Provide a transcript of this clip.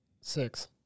six